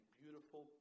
beautiful